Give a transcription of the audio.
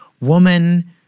Woman